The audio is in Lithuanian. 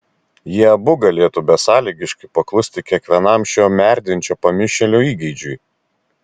jie abu galėtų besąlygiškai paklusti kiekvienam šio merdinčio pamišėlio įgeidžiui